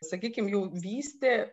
sakykim jau vystė